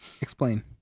Explain